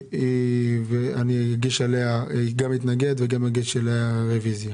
אגף התקציבים.